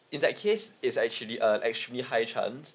in that case is actually uh actually high chance